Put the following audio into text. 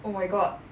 oh my god